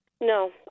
No